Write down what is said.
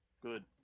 Good